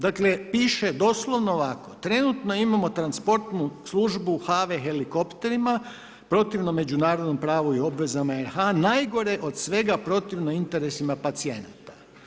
Dakle, piše doslovno ovako, trenutno imamo transportnu službu HV-e helikopterima, protivno međunarodnom pravu i obvezama RH, najgore od svega protivno interesima pacijenata.